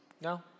No